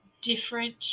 different